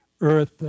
Earth